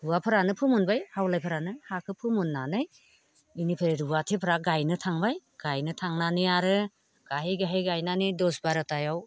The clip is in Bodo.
हौवाफोरानो फोमोनबाय हावलायफोरानो हाखौ फोमोननानै बेनिफ्राय रुवाथिफोरा गायनो थांबाय गायनो थांनानै आरो गायहै गायहै गायनानै दस बार'थायाव